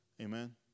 Amen